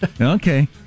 Okay